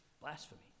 blasphemy